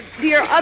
dear